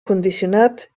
condicionat